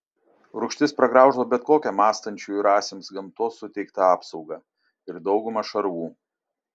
rūgštis pragrauždavo bet kokią mąstančiųjų rasėms gamtos suteiktą apsaugą ir daugumą šarvų